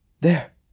There